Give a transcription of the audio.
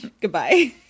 Goodbye